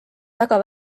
väga